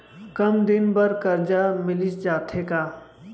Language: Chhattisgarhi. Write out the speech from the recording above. कम दिन बर करजा मिलिस जाथे का?